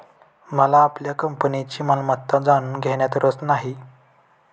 मला आपल्या कंपनीची मालमत्ता जाणून घेण्यात रस नाही